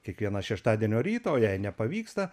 kiekvieną šeštadienio rytą o jei nepavyksta